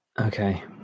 Okay